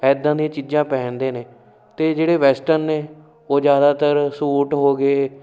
ਇੱਦਾਂ ਦੀਆਂ ਚੀਜ਼ਾਂ ਪਹਿਨਦੇ ਨੇ ਅਤੇ ਜਿਹੜੇ ਵੈਸਟਰਨ ਨੇ ਉਹ ਜ਼ਿਆਦਾਤਰ ਸੂਟ ਹੋ ਗਏ